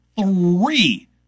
three